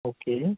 okay जी